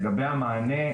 לגבי המענה,